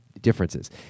differences